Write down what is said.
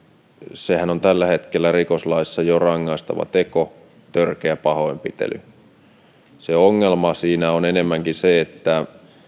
sehän on jo tällä hetkellä rikoslaissa rangaistava teko törkeä pahoinpitely ongelma siinä on enemmänkin se että